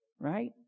Right